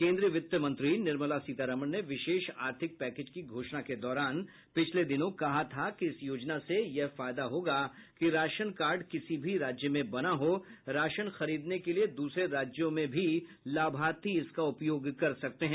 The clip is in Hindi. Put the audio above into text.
केन्द्रीय वित्त मंत्री निर्मला सीतारमन ने विशेष आर्थिक पैकेज की घोषणा के दौरान पिछले दिनों कहा था कि इस योजना से यह फायदा होगा कि राशन कार्ड किसी भी राज्य में बना हो उसका राशन खरीदने के लिए दूसरे राज्यों में भी लाभार्थी उपयोग कर सकते हैं